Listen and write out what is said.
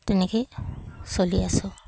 তেনেকৈয়ে চলি আছোঁ